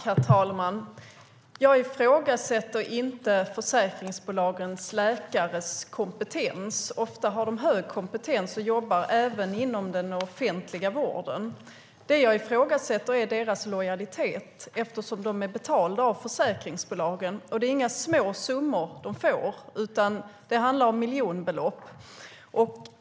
Herr talman! Jag ifrågasätter inte försäkringsbolagens läkares kompetens. Ofta har de hög kompetens och jobbar även inom den offentliga vården. Det jag ifrågasätter är deras lojalitet eftersom de är betalda av försäkringsbolagen. Och det är inga små summor de får, utan det handlar om miljonbelopp.